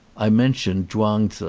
i mentioned chuang-tzu.